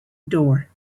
door